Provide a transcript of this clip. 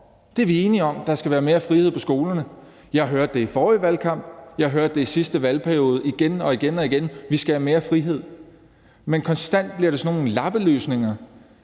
det er vi enige om; der skal være mere frihed på skolerne. Jeg hørte det i forrige valgkamp, og jeg hørte det i sidste valgperiode igen og igen: Vi skal have mere frihed. Men konstant bliver det sådan nogle lappeløsninger